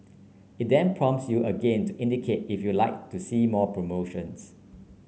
it then prompts you again to indicate if you like to see more promotions